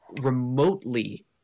remotely